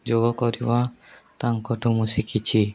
ଯୋଗ କରିବା ତାଙ୍କ ଠୁ ମୁଁ ଶିଖିଛି